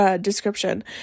description